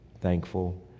thankful